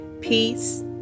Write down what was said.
peace